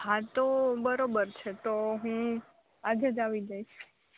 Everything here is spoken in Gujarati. હા તો બરોબર છે તો હું આજે જ આવી જાઈસ